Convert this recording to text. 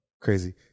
Crazy